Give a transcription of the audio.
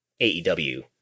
AEW